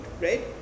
right